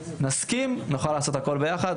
אם נסכים נוכל לעשות הכל ביחד,